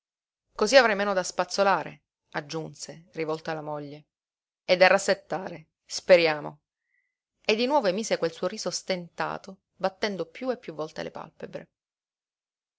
cosí avrai meno da spazzolare aggiunse rivolto alla moglie e da rassettare speriamo e di nuovo emise quel suo riso stentato battendo piú e piú volte le pàlpebre